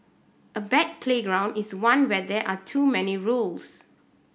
a bad playground is one where there are too many rules